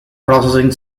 processing